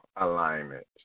alignment